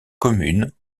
communes